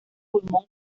pulmón